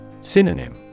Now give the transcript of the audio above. Synonym